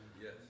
Yes